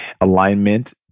alignment